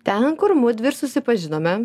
ten kur mudvi ir susipažinome